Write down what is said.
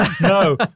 No